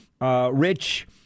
Rich